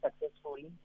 successfully